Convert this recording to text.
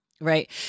Right